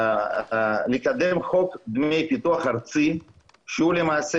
לקדם חוק דמי פיתוח ארצי שהוא למעשה